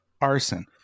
arson